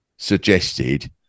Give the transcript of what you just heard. suggested